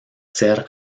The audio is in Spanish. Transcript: ser